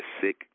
sick